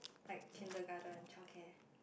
like kindergarten childcare